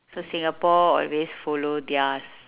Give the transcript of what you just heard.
so singapore always follow theirs